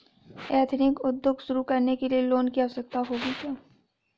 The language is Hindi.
एथनिक उद्योग शुरू करने लिए लोन की आवश्यकता होगी क्या?